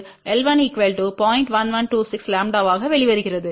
1126ʎ ஆக வெளிவருகிறது